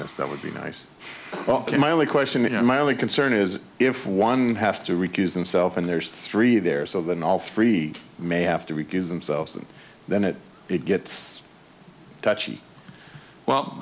this that would be nice to my only question in my only concern is if one has to recuse himself and there's three there so then all three may have to recuse themselves and then it it gets touchy well